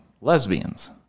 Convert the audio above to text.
lesbians